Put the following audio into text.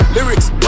Lyrics